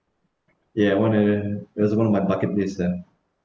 ya one and that's one of my bucket list ah